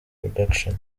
production